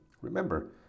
Remember